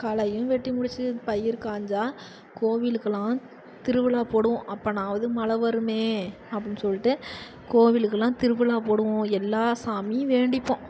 களையும் வெட்டி முடிச்சு பயிர் காய்ஞ்சா கோவிலுக்கெல்லாம் திருவிழா போடுவோம் அப்படின்னாவது மழ வருமே அப்படின்னு சொல்லிட்டு கோவிலுக்கு எல்லாம் திருவிழா போடுவோம் எல்லா சாமியும் வேண்டிப்போம்